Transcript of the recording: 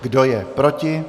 Kdo je proti?